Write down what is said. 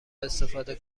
استفاده